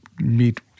meet